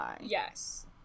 Yes